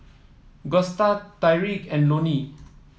Gusta Tyrique and Lonie